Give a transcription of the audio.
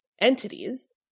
entities